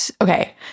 okay